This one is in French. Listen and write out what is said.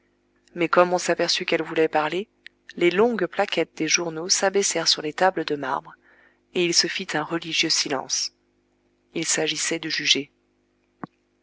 mais comme on s'aperçut qu'elle voulait parler les longues plaquettes des journaux s'abaissèrent sur les tables de marbre et il se fit un religieux silence il s'agissait de juger